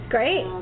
Great